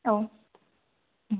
औ